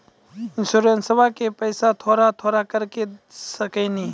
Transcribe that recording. इंश्योरेंसबा के पैसा थोड़ा थोड़ा करके दे सकेनी?